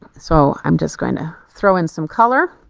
so i'm just going to throw in some color.